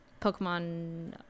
Pokemon